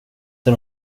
det